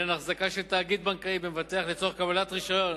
לעניין החזקה של תאגיד בנקאי במבטח לצורך קבלת רשיון